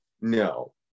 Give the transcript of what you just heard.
no